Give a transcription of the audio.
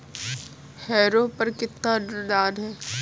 Harrow पर कितना अनुदान है?